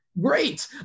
great